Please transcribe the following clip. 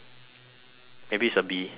maybe it's a bee in your phone